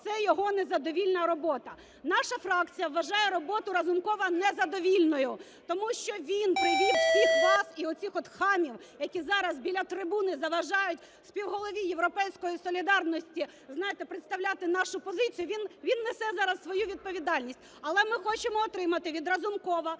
це його незадовільна робота. Наша фракція вважає роботу Разумкова незадовільною, тому що він привів всіх вас і оцих хамів, які зараз біля трибуни заважають співголові "Європейської солідарності", знаєте, представляти нашу позицію, він несе зараз свою відповідальність. Але ми хочемо отримати від Разумкова